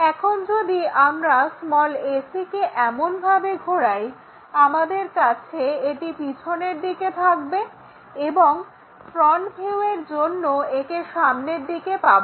এখন যদি আমরা ac কে এমনভাবে ঘোরাই আমাদের কাছে এটি পিছনের দিকে থাকবে এবং ফ্রন্ট ভিউ এর জন্য একে সামনের দিকে পাবো